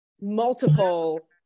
multiple